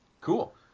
Cool